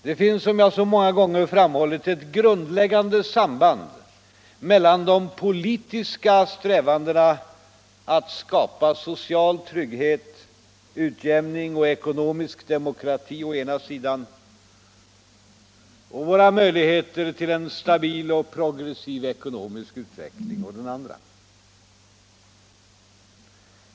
Det finns, som jag så många gånger har framhållit, ett grundläggande samband mellan de politiska strävandena att skapa social trygghet, utjämning och ekonomisk demokrati å ena sidan och våra möjligheter till en stabil och progressiv ekonomisk utveckling å den andra.